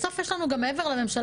בסוף יש לנו גם מעבר לממשלה,